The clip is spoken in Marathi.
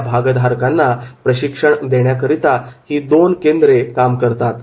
आपल्या भागधारकांना प्रशिक्षण देण्याकरता ही दोन केंद्रे काम करतात